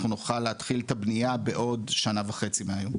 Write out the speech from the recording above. אנחנו נוכל להתחיל את הבניה בעוד שנה וחצי מהיום.